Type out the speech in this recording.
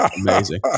Amazing